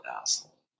asshole